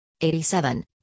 87